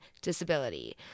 disability